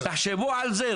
אבל תחשבו על זה,